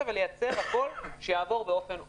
ולייצר הכול כדי שהכול יעבור באופן אוטומטי.